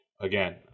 again